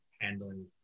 handling